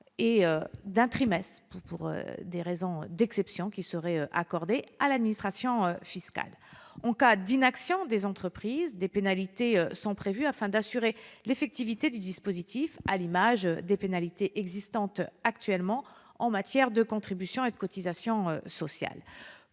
ou d'un trimestre par exception, à l'administration fiscale. En cas d'inaction des entreprises, des pénalités sont prévues afin d'assurer l'effectivité du dispositif, à l'image des pénalités existant actuellement en matière de contributions et cotisations sociales.